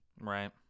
Right